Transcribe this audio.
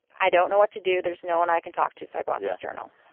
i don't know what to do. there's no one i can talk to. so i bought this journal.